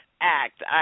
act